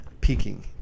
peaking